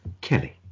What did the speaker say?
Kelly